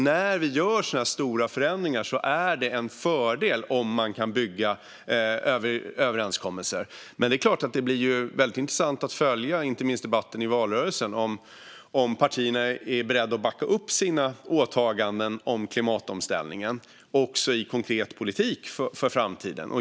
När vi gör sådana stora förändringar är det alltså en fördel om man kan bygga överenskommelser. Men det blir väldigt intressant att följa inte minst debatten i valrörelsen för att se om partierna är beredda att backa upp sina åtaganden om klimatomställningen också i konkret politik för framtiden.